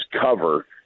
cover